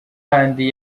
kandi